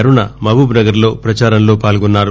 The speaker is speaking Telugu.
అరుణ మహబూబ్నగర్లో పచారంలో పాల్గొన్నారు